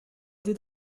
did